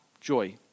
joy